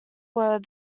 were